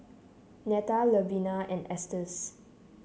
Neta Levina and Estes